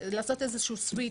לעשות סוויץ'